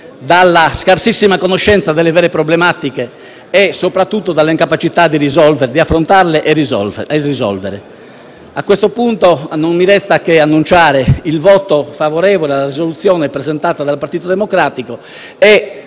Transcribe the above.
dalla scarsissima conoscenza delle vere problematiche e, soprattutto, dall'incapacità di affrontarle e di risolverle. A questo punto, non mi resta che dichiarare il voto favorevole alla proposta di risoluzione presentata dal Partito Democratico.